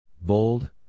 Bold